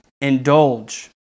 Indulge